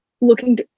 looking